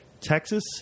Texas